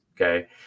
Okay